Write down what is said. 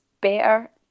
better